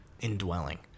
indwelling